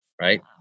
Right